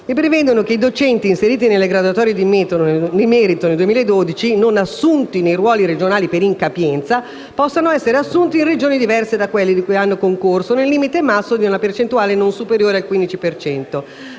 prevedono che i docenti inseriti nelle graduatorie di merito del 2012, non assunti nei ruoli regionali per incapienza, possano essere assunti in Regioni diverse da quella per cui hanno concorso nel limite massimo della percentuale non superiore al 15